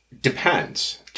Depends